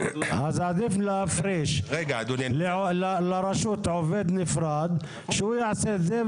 אז עדיף להקצות לרשות עובד נפרד שיעשה את זה.